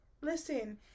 listen